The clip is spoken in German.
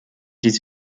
dies